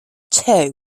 two